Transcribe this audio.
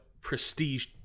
prestige